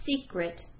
secret